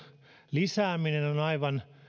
lisääminen on aivan